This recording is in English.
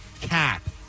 cap